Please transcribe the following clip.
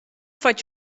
faig